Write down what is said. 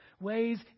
ways